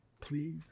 Please